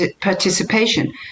participation